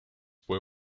fue